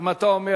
אני מאחל לכם